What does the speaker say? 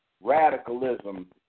Radicalism